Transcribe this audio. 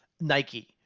Nike –